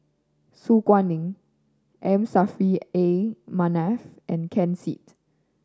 Su Guaning M Saffri A Manaf and Ken Seet